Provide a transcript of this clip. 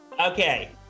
Okay